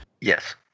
Yes